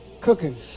cooking